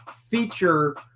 feature